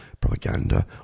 propaganda